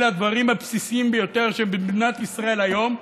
אלה הדברים הבסיסים ביותר, שבמדינת ישראל היום,